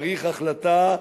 צריך החלטה,